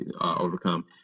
overcome